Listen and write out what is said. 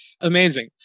amazing